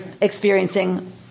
experiencing